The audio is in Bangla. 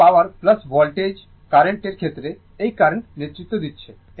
এটি পাওয়ার ভোল্টেজ কারেন্টের ক্ষেত্রে এই কারেন্ট নেতৃত্ব দিচ্ছে